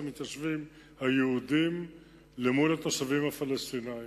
למתיישבים היהודים מול התושבים הפלסטינים.